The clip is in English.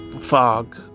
fog